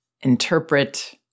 interpret